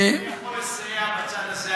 אם אני יכול לסייע בצד הזה,